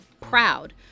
proud